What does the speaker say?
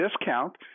discount